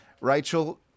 Rachel